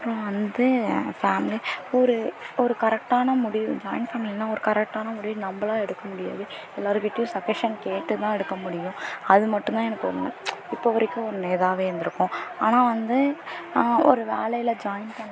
அப்புறம் வந்து ஃபேமிலி ஒரு ஒரு கரெக்டான முடிவு ஜாயிண்ட் ஃபேமிலினால் ஒரு கரெக்டான முடிவு நம்மளா எடுக்க முடியாது எல்லாேர் கிட்டேயும் சஜெஸ்ஸன் கேட்டு தான் எடுக்க முடியும் அது மட்டும்தான் எனக்கு ஒன்று இப்போ வரைக்கும் ஒன்று இதாகவே இருந்திருக்கும் ஆனால் வந்து ஒரு வேலையில் ஜாயின் பண்ண பிறகு